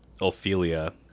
Ophelia